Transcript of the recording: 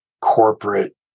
corporate